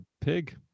pig